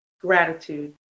gratitude